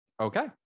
Okay